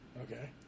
Okay